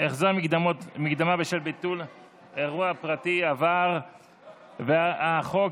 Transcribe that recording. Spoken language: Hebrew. החזר מקדמה בשל ביטול אירוע פרטי (נגיף הקורונה החדש),